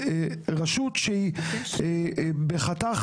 ורשות שהיא בחתך